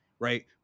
right